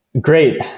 Great